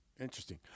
Interesting